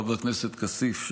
חבר הכנסת כסיף,